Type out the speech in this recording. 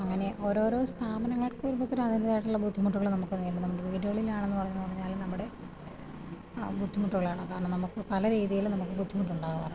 അങ്ങനെ ഓരോരോ സ്ഥാപനങ്ങൾക്കും അതിന്റേതായിട്ടുള്ള ബുദ്ധിമുട്ടുകള് നമുക്ക് നേരിടണം വീടുകളിലാണെന്നു പറഞ്ഞുകഴിഞ്ഞാലും നമ്മുടെ ബുദ്ധിമുട്ടുള്ളെണ് കാരണം നമുക്ക് പല രീതിയിലും നമുക്ക് ബുദ്ധിമുട്ടുണ്ടാകാറുണ്ട്